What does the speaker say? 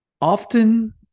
Often